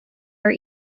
are